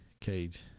Cage